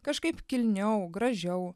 kažkaip kilniau gražiau